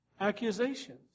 accusations